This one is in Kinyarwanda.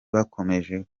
bakomeje